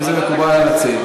אם זה מקובל על המציעים.